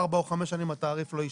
ארבע או חמש שנים התעריף לא ישתנה.